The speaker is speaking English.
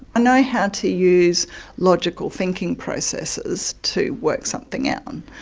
know how to use logical thinking processes to work something out. um